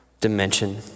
dimension